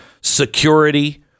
security